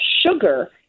sugar